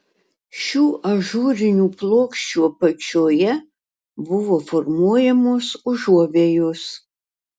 šių ažūrinių plokščių apačioje buvo formuojamos užuovėjos